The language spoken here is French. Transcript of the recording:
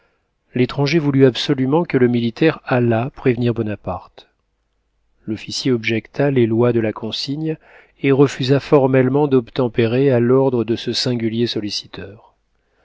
l'étranger voulut absolument que le militaire allât prévenir bonaparte l'officier objecta les lois de la consigne et refusa formellement d'obtempérer à l'ordre de ce singulier solliciteur